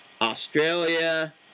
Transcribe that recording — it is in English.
Australia